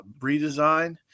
redesign